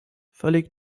völlig